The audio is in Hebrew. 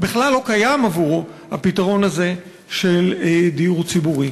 בכלל לא קיים עבורו הפתרון הזה של דיור ציבורי.